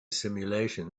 simulation